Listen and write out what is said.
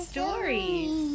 Stories